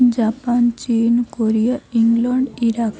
Japan ଚୀନ Korea England Iraq